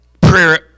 Prayer